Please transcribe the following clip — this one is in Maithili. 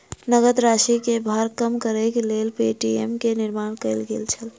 नकद राशि के भार कम करैक लेल पे.टी.एम के निर्माण कयल गेल छल